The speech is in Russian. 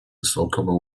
высокого